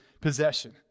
possession